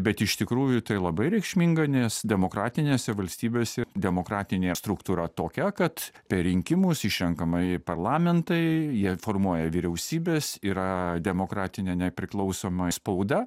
bet iš tikrųjų tai labai reikšminga nes demokratinėse valstybėse demokratinė struktūra tokia kad per rinkimus išrenkama parlamentai jie formuoja vyriausybes yra demokratinė nepriklausoma spauda